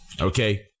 Okay